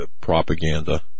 propaganda